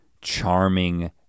charming